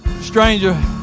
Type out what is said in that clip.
stranger